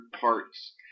parts